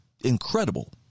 incredible